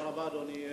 תודה רבה, אדוני.